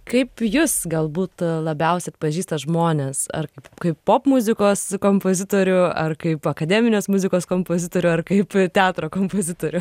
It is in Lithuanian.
kaip jus galbūt labiausiai atpažįsta žmonės ar kaip kaip popmuzikos kompozitorių ar kaip akademinės muzikos kompozitorių ar kaip teatro kompozitorių